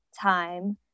time